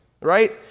Right